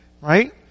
Right